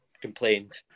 complained